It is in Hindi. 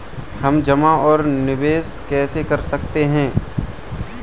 हम जमा और निवेश कैसे कर सकते हैं?